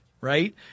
right